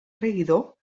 traïdor